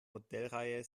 modellreihe